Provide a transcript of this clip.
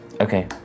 Okay